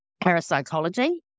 parapsychology